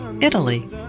Italy